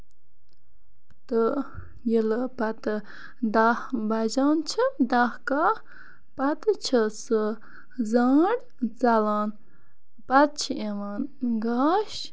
تہٕ ییٚلہٕ پَتہٕ دہ بَجان چھِ دہ کاہ پَتہٕ چھُ سُہ زانڈ ژَلان پَتہٕ چھِ یِوان گاش